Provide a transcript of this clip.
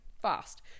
fast